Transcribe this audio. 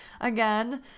again